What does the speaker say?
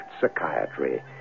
psychiatry